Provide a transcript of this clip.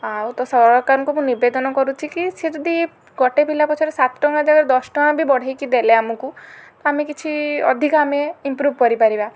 ଆଉ ତ ସରକାରଙ୍କୁ ମୁଁ ନିବେଦନ କରୁଛି କି ସିଏ ଯଦି ଗୋଟେ ପିଲା ପଛରେ ସାତ ଟଙ୍କା ଜାଗାରେ ଦଶ ଟଙ୍କା ବି ବଢ଼େଇକି ଦେଲେ ଆମୁକୁ ତ ଆମେ କିଛି ଅଧିକା ଆମେ ଇମ୍ପ୍ରୂଭ କରିପାରିବା